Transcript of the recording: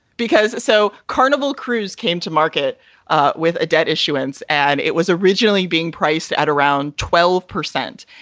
because so carnival cruise came to market ah with a debt issuance and it was originally being priced at around twelve percent.